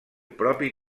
propi